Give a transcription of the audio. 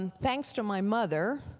and thanks to my mother,